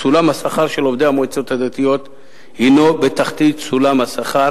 סולם השכר של עובדי המועצות הדתיות הינו בתחתית סולם השכר